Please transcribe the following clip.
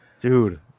Dude